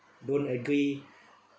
don't agree